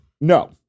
No